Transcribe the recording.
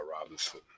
Robinson